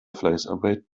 fleißarbeit